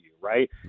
right